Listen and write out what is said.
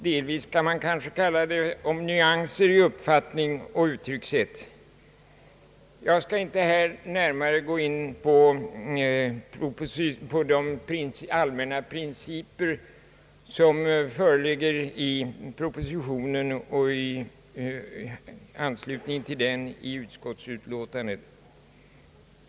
Till en del kan man kanske tala om nyanser i uppfattning och uttryckssätt. Jag skall inte här närmare gå in på de allmänna principer som behandlas i propositionen och i utskottsutlåtandet.